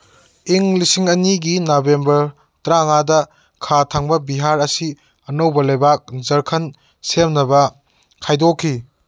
ꯏꯪ ꯂꯤꯁꯤꯡ ꯑꯅꯤꯒꯤ ꯅꯕꯦꯝꯕꯔ ꯇ꯭ꯔꯥꯃꯉꯥꯗ ꯈꯥ ꯊꯪꯕ ꯕꯤꯍꯥꯔ ꯑꯁꯤ ꯑꯅꯧꯕ ꯂꯩꯕꯥꯛ ꯖꯔꯈꯟ ꯁꯦꯝꯅꯕ ꯈꯥꯏꯗꯣꯛꯈꯤ